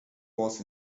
was